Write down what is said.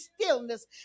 stillness